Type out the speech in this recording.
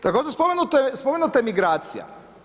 Također, spomenuto je, spomenuta je migracija.